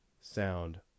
sound